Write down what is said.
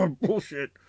Bullshit